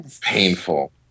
Painful